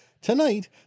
Tonight